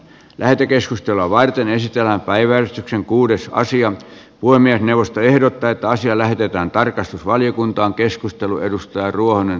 lähetekeskustelua varten ystävänpäivän kuudesta asian puhemiesneuvosto ehdottaa että asia lähetetään tarkastusvaliokuntaan